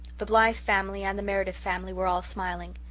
the blythe family and the meredith family were all smiling.